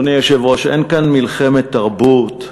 אדוני היושב-ראש, אין כאן מלחמת תרבות,